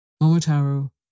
Momotaro